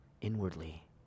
inwardly